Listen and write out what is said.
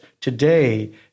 today